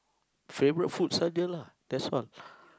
favourite food sahaja lah that's what